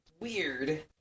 Weird